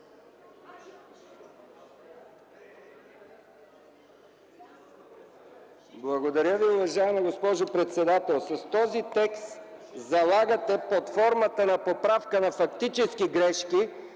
Благодаря Ви, уважаема госпожо председател. С този текст залагаме, под формата на поправка на фактически грешки,